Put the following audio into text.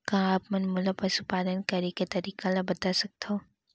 का आप मन मोला पशुपालन करे के तरीका ल बता सकथव?